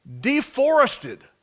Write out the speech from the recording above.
deforested